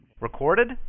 Recorded